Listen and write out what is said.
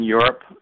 Europe